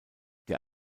der